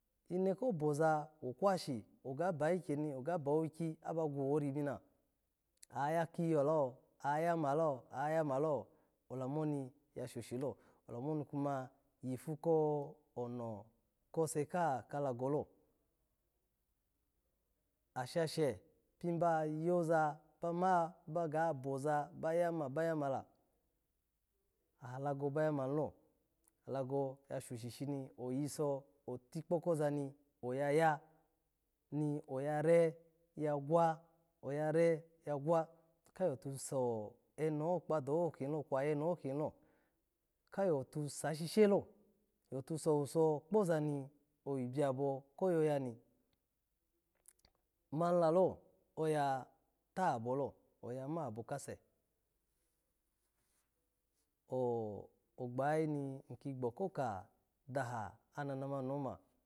Ine koboza wokwashi oga ba ikyeni oga ba owiki aba gwori mina, aya kiyulo, ayama lo, ayama lo, olamu oni ya shoshilo, olamu oni kumu yipu ono kese kaha kalago lo, ashashe pibayoza, ma ba ga boza ba yama ba yama la, ahalago ba ya mani lo, alago osho shi ni oyiso ohkpoza mi oyaya, ni eya ru ya gwa, oya re ya gwa, ka yo tuse eno ho kpadaho kwe ayine ho kilo, ka yotu sashishelo, ofu sowuso kpoza ni oyi biyabo koyoya ni mani lalo, eya tahato lo, aya ma alokase, o-li gbayayi niki gbokoka daha ananamani ni oma.